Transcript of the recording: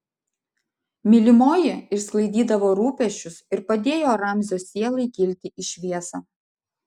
mylimoji išsklaidydavo rūpesčius ir padėjo ramzio sielai kilti į šviesą